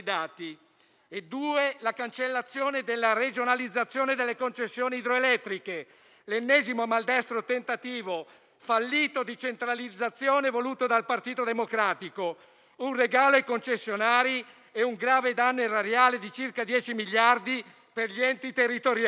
è sulla cancellazione della regionalizzazione delle concessioni idroelettriche: l'ennesimo maldestro tentativo, fallito, di centralizzazione voluto dal Partito Democratico; un regalo ai concessionari e un grave danno erariale di circa 10 miliardi per gli enti territoriali.